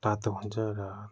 तातो हुन्छ र